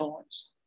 times